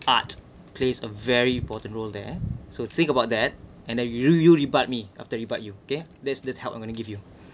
art plays a very important role there so think about that and then you you rebut me after rebut you okay that's the help I'm gonna give you